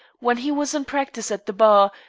when he was in practice at the bar,